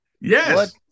Yes